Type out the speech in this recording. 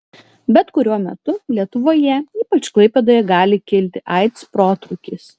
bet kuriuo metu lietuvoje ypač klaipėdoje gali kilti aids protrūkis